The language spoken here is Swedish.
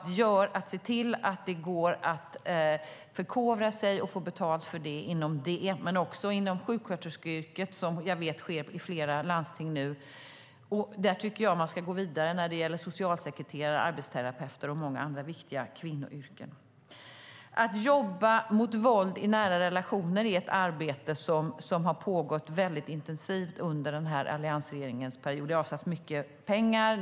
Där ska man kunna förkovra sig och få betalt för det men också inom sjuksköterskeyrket, som jag vet sker i flera landsting nu. Det tycker jag att man ska gå vidare med när det gäller socialsekreterare, arbetsterapeuter och många andra viktiga kvinnoyrken. Arbetet mot våld i nära relationer har pågått väldigt intensivt under alliansregeringens period. Det har avsatts mycket pengar.